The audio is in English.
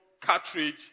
cartridge